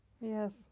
Yes